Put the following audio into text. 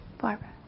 Barbara